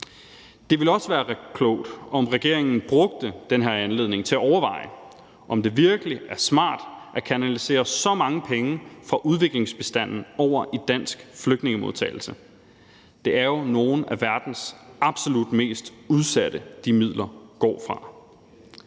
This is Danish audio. Det ville også være rigtig klogt, om regeringen brugte den her anledning til at overveje, om det virkelig er smart at kanalisere så mange penge fra udviklingsbistanden over i dansk flygtningemodtagelse. Det er jo nogle af verdens absolut mest udsatte, som de midler går fra.